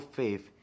faith